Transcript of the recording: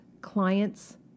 clients